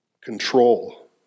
control